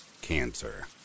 cancer